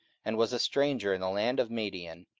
and was a stranger in the land of madian,